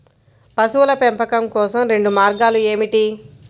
పశువుల పెంపకం కోసం రెండు మార్గాలు ఏమిటీ?